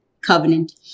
covenant